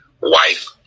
wife